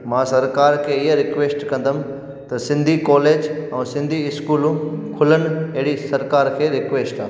मां सरकार खे इहा रिक्वैस्ट कंदुमि त सिंधी कॉलेज ऐं सिंधी स्कूलूं खुलनि अहिड़ी सरकार खे रिक्वैस्ट आहे